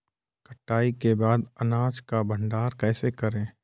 कटाई के बाद अनाज का भंडारण कैसे करें?